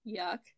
Yuck